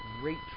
great